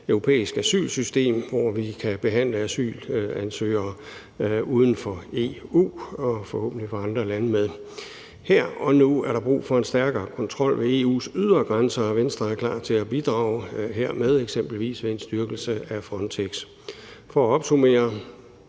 europæisk asylsystem, hvor vi kan behandle asylansøgere uden for EU og forhåbentlig få andre lande med. Her og nu er der brug for en stærkere kontrol af EU's ydre grænser, og Venstre er klar til at bidrage hermed, eksempelvis med en styrkelse af Frontex. For at opsummere